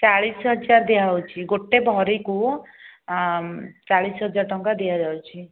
ଚାଳିଶ ହଜାର ଦିଆହେଉଛି ଗୋଟିଏ ଭରିକୁ ଚାଳିଶ ହଜାର ଟଙ୍କା ଦିଆଯାଉଛି